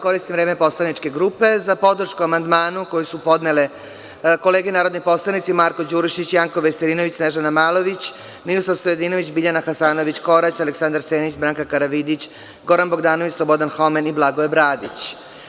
Koristim vreme poslaničke grupe za podršku amandmanu koji su podnele kolege narodni poslanici Marko Đurišić, Janko Veselinović, Snežana Malović, Ninoslav Stojadinović, Biljana Hasanović Korać, Aleksandar Senić, Branka Karavidić, Goran Bogdanović, Slobodan Homen i Blagoje Bradić.